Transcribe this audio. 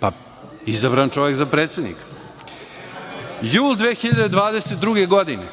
bi? Izabran čovek za predsednika. Jul 2022. godine,